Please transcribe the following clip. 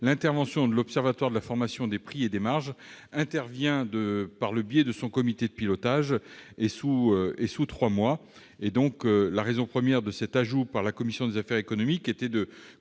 l'intervention de l'Observatoire de la formation des prix et des marges se fait par le biais de son comité de pilotage et sous trois mois. La raison première de cet ajout par la commission des affaires économiques était de